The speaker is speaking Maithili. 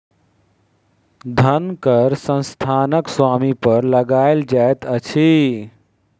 धन कर संस्थानक स्वामी पर लगायल जाइत अछि